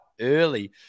early